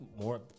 more